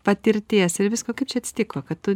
patirties ir visko kaip čia atsitiko kad tu